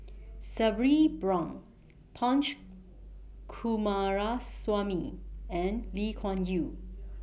Sabri Buang Punch Coomaraswamy and Lee Kuan Yew